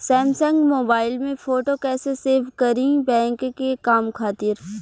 Samsung mobile में photo कैसे save करीं बैंक के काम खातिर?